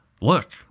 look